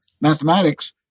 Mathematics